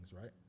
right